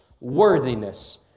worthiness